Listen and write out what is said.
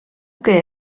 que